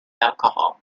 alcohol